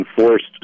enforced